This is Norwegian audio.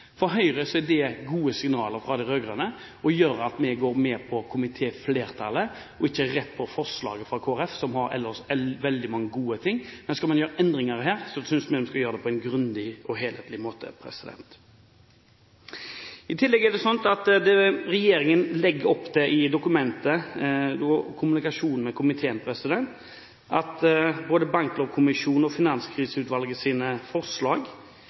For Høyre er det gode signaler fra de rød-grønne og gjør at vi går med komitéflertallet og ikke rett på forslaget fra Kristelig Folkeparti, som ellers inneholder veldig mange gode ting. Skal man gjøre endringer, så synes vi man skal gjøre det på en grundig og hederlig måte. I tillegg legger regjeringen, i dokumentet og i kommunikasjonen med komiteen, opp til at både Banklovkommisjonens og Finanskriseutvalgets forslag om at de aktørene som ikke følger nemndenes vedtak, selv må dekke forbrukernes kostnad i en rettssak, og